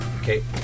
Okay